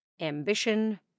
ambition